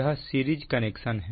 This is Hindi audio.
यह सीरीज कनेक्शन है